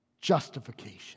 justification